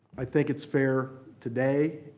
i think it's fair today,